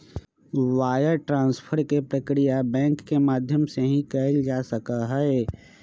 wire transfer के प्रक्रिया bank के माध्यम से ही कइल जा सका हई